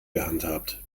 gehandhabt